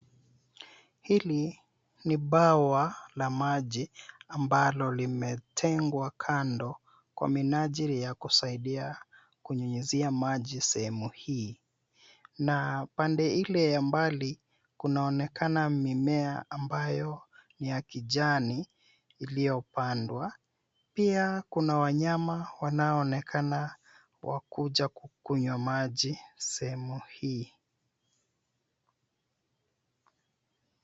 Hili ni bwawa la maji ambalo limetengwa kando kwa minajili ya kusaidia kunyunyizia maji sehemu hii. Na pande ile ya mbali, kunaonekana mimea ambayo ni ya kijani iliyopandwa. Pia kuna wanyama wanaoonekana wakuja kukunywa maji sehemu hii.